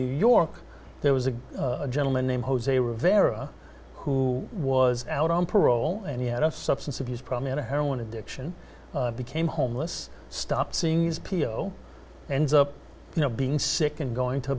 new york there was a gentleman named jose rivera who was out on parole and he had of substance abuse problem and a heroin addiction became homeless stop seeing these p o ends up you know being sick and going to